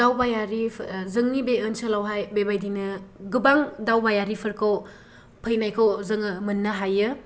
दावबायारि जोंनि बे आनसोलावहाय बेबायदिनो गोबां दावबायारिफोरखौ फैनायखौ जोङो मोननो हायो